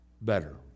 better